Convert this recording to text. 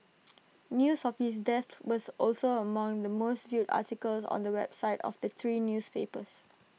news of his death was also among the most viewed articles on the websites of the three newspapers